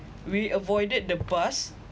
we avoided the bus